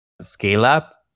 scale-up